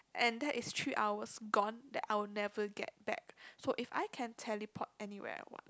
and that's three hours gone that I will never get back so if I can teleport anywhere I want